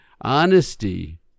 Honesty